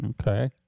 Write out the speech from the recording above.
Okay